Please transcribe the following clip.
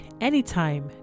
anytime